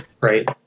Right